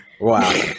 Wow